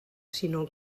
sinó